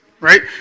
right